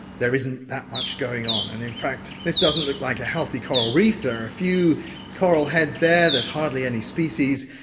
there isn't that much going on. and in fact this doesn't look like a healthy coral reef. there are a few coral heads there, there's hardly any species,